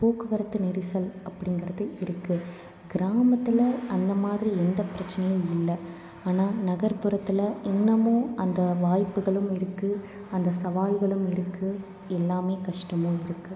போக்குவரத்து நெரிசல் அப்படிங்கிறது இருக்கு கிராமத்தில் அந்த மாதிரி எந்த பிரச்சனையும் இல்லை ஆனால் நகரப்புறத்தில் இன்னமும் அந்த வாய்ப்புகளும் இருக்கு அந்த சவால்களும் இருக்கு எல்லாமே கஷ்டமும் இருக்கு